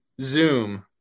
zoom